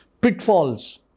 pitfalls